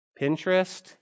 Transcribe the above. Pinterest